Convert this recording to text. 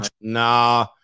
Nah